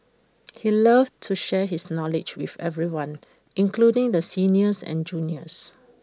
he loved to share his knowledge with everyone including the seniors and juniors